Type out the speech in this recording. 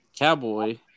Cowboy